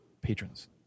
patrons